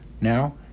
Now